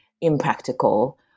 impractical